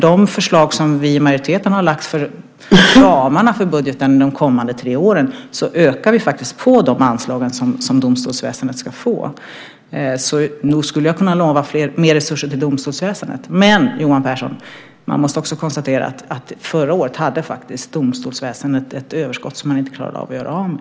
I förslaget för ramarna i budgeten för de kommande tre åren ökar vi i majoriteten anslagen för domstolsväsendet. Nog skulle jag lova mer resurser till domstolsväsendet, men man måste också konstatera att domstolsväsendet förra året hade ett överskott som det inte klarade av att göra av med.